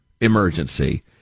emergency